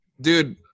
dude